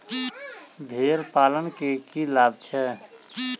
भेड़ पालन केँ की लाभ छै?